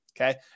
okay